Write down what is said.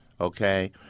okay